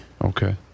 Okay